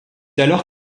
alors